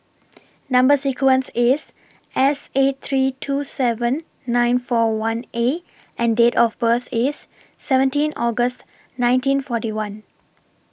Number sequence IS S eight three two seven nine four one A and Date of birth IS seventeen August nineteen forty one